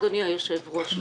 אדוני היושב ראש.